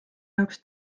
jaoks